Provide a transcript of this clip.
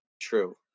true